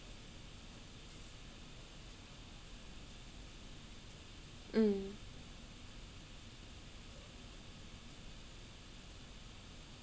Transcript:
mm